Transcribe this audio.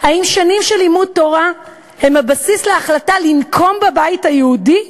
האם שנים של לימוד תורה הן הבסיס להחלטה לנקום בבית היהודי?